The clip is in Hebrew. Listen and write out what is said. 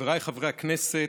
חבריי חברי הכנסת,